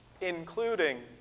Including